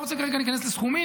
לא רוצה כרגע להיכנס לסכומים,